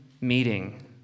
meeting